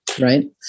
right